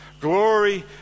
glory